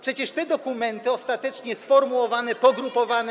Przecież te dokumenty, ostatecznie sformułowane, pogrupowane.